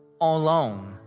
alone